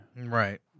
right